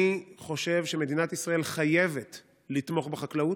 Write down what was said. אני חושב שמדינת ישראל חייבת לתמוך בחקלאות,